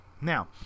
Now